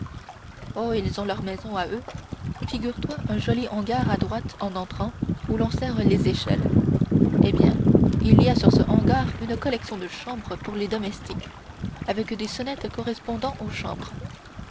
oh ils ont leur maison à eux figure-toi un joli hangar à droite en entrant où l'on serre les échelles eh bien il y a sur ce hangar une collection de chambres pour les domestiques avec des sonnettes correspondant aux chambres